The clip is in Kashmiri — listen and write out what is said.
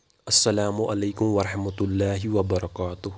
السلام علیکم ورحمتہ اللہ وبرکاتہ